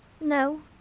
No